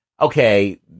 okay